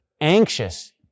anxious